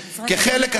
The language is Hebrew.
כחלק,